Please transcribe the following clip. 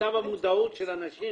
עכשיו המודעות של הנשים